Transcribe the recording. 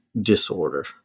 disorder